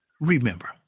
Remember